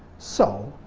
so,